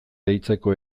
deitzeko